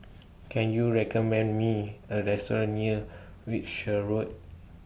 Can YOU recommend Me A Restaurant near Wiltshire Road